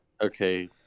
Okay